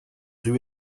rues